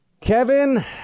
Kevin